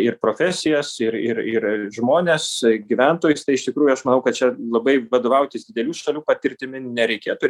ir profesijas ir ir ir žmones gyventojus tai iš tikrųjų aš manau kad čia labai vadovautis didelių šalių patirtimi nereikėtų